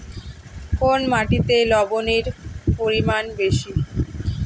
কোন মাটিতে লবণের পরিমাণ বেশি?